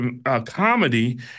comedy